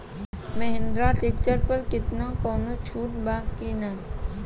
Mahindra tractor पर केतना कौनो छूट बा कि ना?